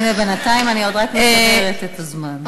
בינתיים אני רק מסדרת את הזמן.